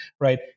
right